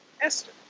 Esther